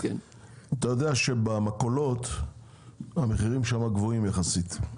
אתה יודע שבמכולות המחירים גבוהים יחסית.